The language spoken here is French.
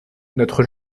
notre